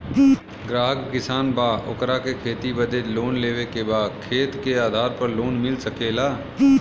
ग्राहक किसान बा ओकरा के खेती बदे लोन लेवे के बा खेत के आधार पर लोन मिल सके ला?